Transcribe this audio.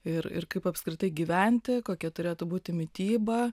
ir ir kaip apskritai gyventi kokia turėtų būti mityba